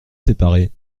séparés